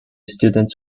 students